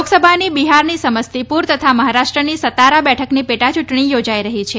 લોકસભાની બિહારની સમસ્તીપુર તથા મહારાષ્ટ્રની સાતારા બેઠકની પેટાયૂંટણી યોજાઇ રહી છે